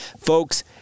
folks